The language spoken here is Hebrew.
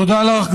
תודה לך.